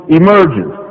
emerges